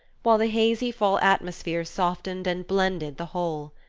while the hazy fall atmosphere softened and blended the whole.